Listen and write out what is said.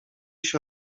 się